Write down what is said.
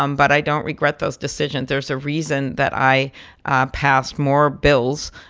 um but i don't regret those decisions. there's a reason that i passed more bills